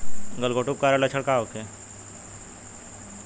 गलघोंटु के कारण लक्षण का होखे?